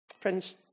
Friends